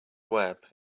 web